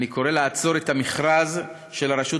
אני קורא לעצור את המכרז של החברה